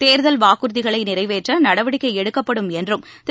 தேர்தல் வாக்குறுதிகளை நிறைவேற்ற நடவடிக்கை எடுக்கப்படும் என்றும் திரு